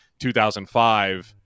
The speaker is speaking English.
2005